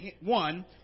one